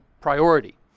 priority